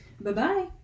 Bye-bye